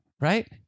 Right